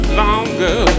longer